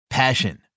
passion